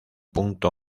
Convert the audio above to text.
punto